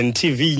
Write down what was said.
tv